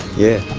yeah.